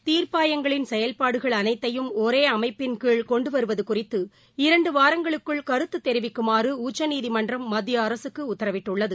தீர்ப்பாயங்களின் செயல்பாடுகள் அனைத்தையும் ஒரே அமைப்பின் கீழ் கொண்டு வருவது குறித்து இரண்டு வாரங்களுக்குள் கருத்து தெரிவிக்குமாறு உச்சநீதிமன்றம் மத்திய அரசுக்கு உத்தரவிட்டுள்ளது